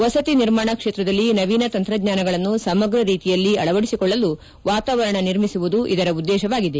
ವಸತಿ ನಿರ್ಮಾಣ ಕ್ಷೇತ್ರದಲ್ಲಿ ನವೀನ ತಂತ್ರಜ್ಞಾನಗಳನ್ನು ಸಮಗ್ರ ರೀತಿಯಲ್ಲಿ ಅಳವಡಿಸಿಕೊಳ್ಳಲು ವಾತಾವರಣ ನಿರ್ಮಿಸುವುದು ಇದರ ಉದ್ಲೇಶವಾಗಿದೆ